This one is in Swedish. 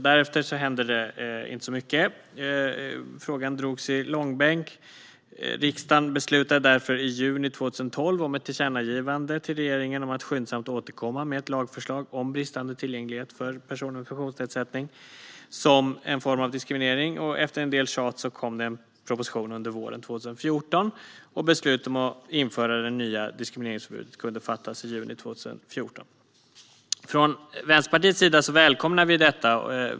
Därefter hände inte så mycket; frågan drogs i långbänk. Riksdagen beslutade därför i juni 2012 om ett tillkännagivande till regeringen om att skyndsamt återkomma med ett lagförslag om bristande tillgänglighet för personer med funktionsnedsättning som en form av diskriminering. Efter en del tjat kom det en proposition under våren 2014, och beslut om att införa det nya diskrimineringsförbudet kunde fattas i juni 2014. Från Vänsterpartiets sida välkomnade vi detta.